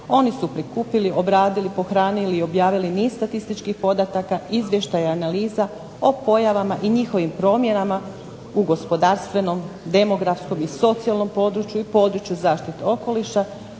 Oni su prikupili, obradili, pohranili i objavili niz statističkih podataka, izvještaja i analiza o pojavama i njihovim promjenama u gospodarstvenom, demografskom i socijalnom području i području zaštite okoliša